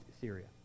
Syria